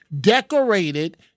decorated